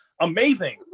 amazing